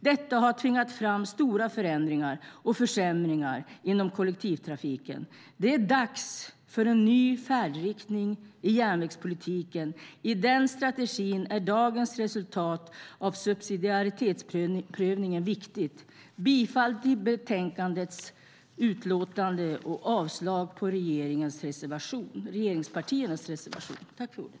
Detta har tvingat fram stora förändringar och försämringar inom kollektivtrafiken. Det är dags för en ny färdriktning i järnvägspolitiken. I den strategin är dagens resultat av subsidiaritetsprövningen viktigt. Jag yrkar bifall betänkandets utlåtande och avslag på regeringspartiernas reservation.